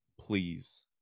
please